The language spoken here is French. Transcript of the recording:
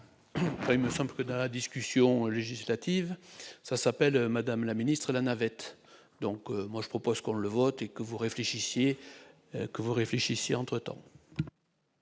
Nous sommes dans la discussion législative, ça s'appelle madame la Ministre, la navette, donc moi je propose qu'on le vote et que vous réfléchissiez que vous